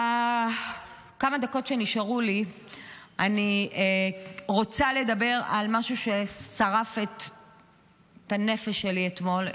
בכמה הדקות שנשארו לי אני רוצה לדבר על משהו ששרף את הנפש שלי אתמול,